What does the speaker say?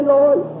Lord